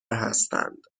هستند